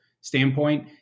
standpoint